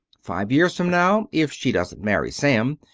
five years from now, if she doesn't marry sam,